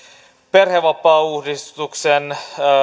perhevapaauudistuksen